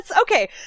Okay